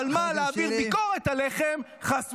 אבל מה, להעביר ביקורת עליכם, חס וחלילה.